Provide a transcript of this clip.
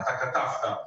אתה קטפת.